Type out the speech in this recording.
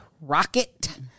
Rocket